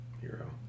hero